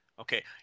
Okay